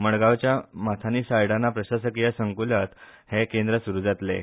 मडगांवच्या माथानी साल्ढाणा प्रशासकी संकुलांत हें केंद्र सुरू जातलें